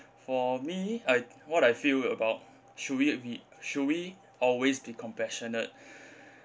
for me I what I feel about should we ve~ should we always be compassionate